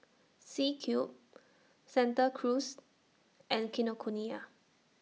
C Cube Santa Cruz and Kinokuniya